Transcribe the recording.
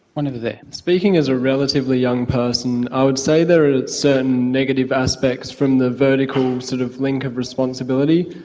one over there. speaking as a relatively young person, i would say there are certain negative aspects from the vertical um sort of link of responsibility.